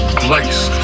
place